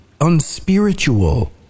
unspiritual